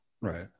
Right